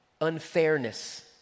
unfairness